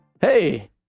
hey